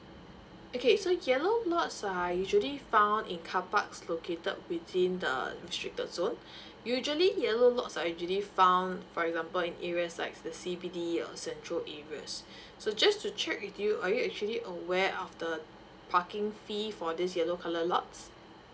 okay so yellow lots ah usually found in car parks located within the administrator zone usually yellow lots are usually found for example in areas like the C_B_D or central areas so just to check with you are you actually aware of the parking fee for this yellow colour lots